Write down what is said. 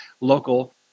local